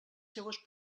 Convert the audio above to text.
seues